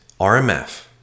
RMF